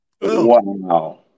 Wow